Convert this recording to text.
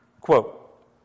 Quote